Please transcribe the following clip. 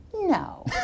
No